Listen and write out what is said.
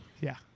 yeah.